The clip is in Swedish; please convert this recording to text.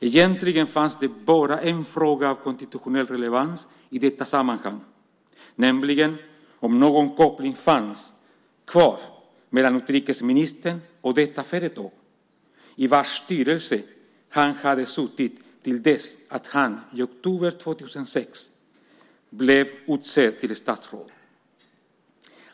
Egentligen fanns det bara en fråga av konstitutionell relevans i detta sammanhang, nämligen om någon koppling fanns kvar mellan utrikesministern och detta företag i vars styrelse han hade suttit till dess att han i oktober 2006 blev utsedd till statsråd.